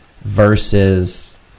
Versus